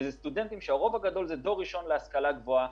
שהם רובם דור ראשון להשכלה הגבוהה.